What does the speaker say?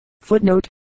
Footnote